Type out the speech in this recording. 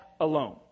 alone